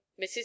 mrs